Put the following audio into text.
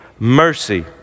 mercy